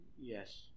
Yes